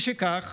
משכך